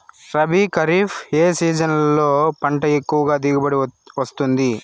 రబీ, ఖరీఫ్ ఏ సీజన్లలో పంట ఎక్కువగా దిగుబడి వస్తుంది